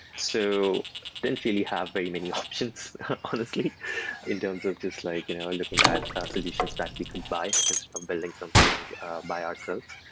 so it didn't really have very many options honestly and don't look just like you know looking at solutions that we could buy and sort of building something by ourselves.